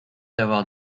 d’avoir